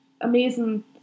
amazing